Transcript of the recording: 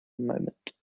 moment